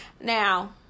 Now